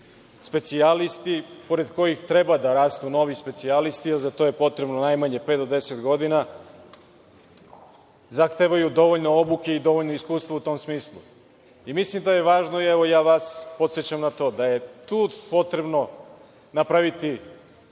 specijalisti pored kojih treba da rastu novi specijalisti, a za to je potrebno najmanje pet do deset godina, zahtevaju dovoljno obuke i dovoljno iskustva u tom smislu. Mislim da je važno i ja vas podsećam na to da je tu potrebno napraviti